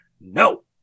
no